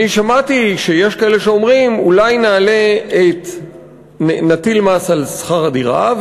אני שמעתי שיש כאלה שאומרים: אולי נטיל מס על שכר הדירה,